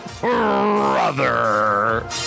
Brother